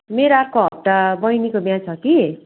मेरो अर्को हप्ता बहिनीको बिहा छ कि